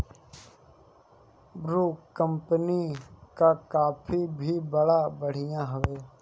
Bru company कअ coffee भी बड़ा बढ़िया हवे